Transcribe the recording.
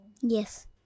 Yes